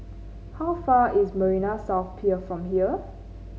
how far is Marina South Pier from here